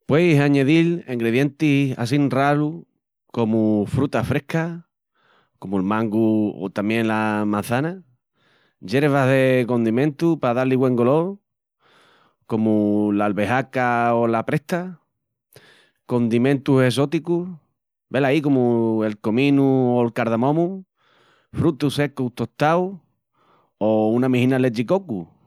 Pueis añedil engredientis assín ralus comu frutas frescas, comu'l mangu o tamién la maçana, yervas de condimentu pa dá-li güen golol, comu l'albehaca o la presta, condimentus essóticas, velaí comu'l cominu o'l cardamomu, frutus secus tostáus, o una mijina lechi cocu.